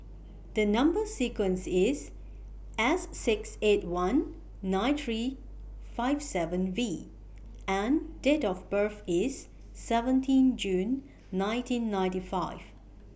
The Number sequence IS S six eight one nine three five seven V and Date of birth IS seventeen June nineteen ninety five